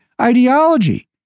ideology